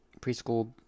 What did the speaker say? preschool